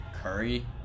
Curry